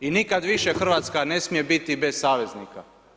I nikad više Hrvatska ne smije biti bez saveznika.